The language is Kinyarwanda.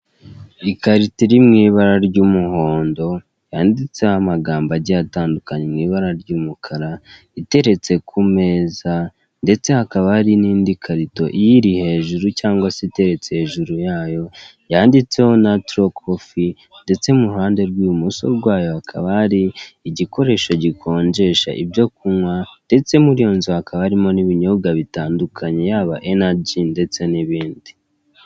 Ikarito iri mu ibara ry'umuhondo, yanditseho amagambo agiye atandukanye mu ibara ry'umukara, iteretse ku meza, ndetse hakaba hari n'indi karito iyiri hejuru cyangwa se iteretse hejuru yayo, yanditseho naturo kofi, ndetse n'uruhande rw'ibumoso rwayo hakaba hari igikoresho gikonjesha ibyo kunywa, ndetse no muri iyo nzu hakaba harimo n'ibinyobwa bitandukanye yaba enaji ndetse n'ibindi.